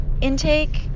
intake